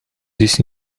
this